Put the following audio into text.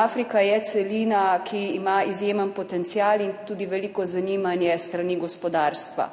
Afrika je celina, ki ima izjemen potencial in tudi veliko zanimanje s strani gospodarstva.